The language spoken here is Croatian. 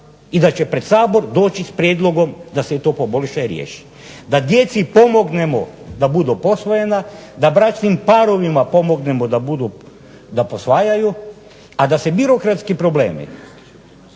i da će pred SAbor doći s prijedlogom da se to poboljša i riješi, da djeci pomognemo da budu posvojena, da bračnim parovima pomognemo da posvajaju, a da se birokratski problemi